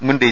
മുൻ ഡി